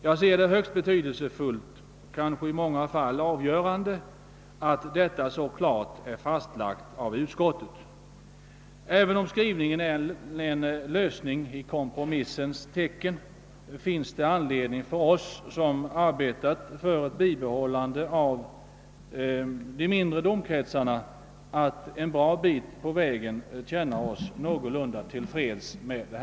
Jag ser det som högst betydelsefullt, kanske i många fall avgörande, att detta så klart har fastlagts av utskottet. Även om utskottets skrivning är: en lösning i kompromissens tecken, finns det anledning för oss som arbetat för ett bibehållande av de mindre domkretsarna att ett gott stycke på vägen känna oss : till freds med utskottets förslag.